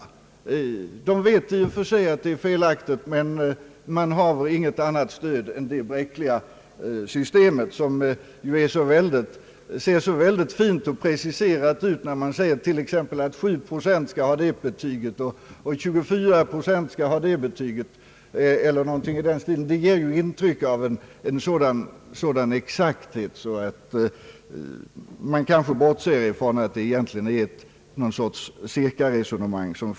Man vet att det är felaktigt, men man har inget annat stöd än det bräckliga systemet som ser så fint och preciserat ut — t.ex. att 7 procent skall ha ett betyg och 24 procent skall ha ett annat. Det ger intryck av en sådan exakthet att man bortser från att det bygger på någon sorts cirkaresonemang.